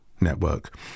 network